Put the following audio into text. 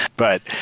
but